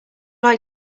like